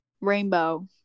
Rainbow